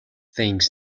things